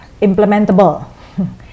implementable